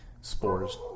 spores